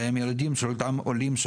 שהם ילדים של אותם עולים,